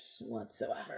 whatsoever